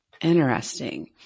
Interesting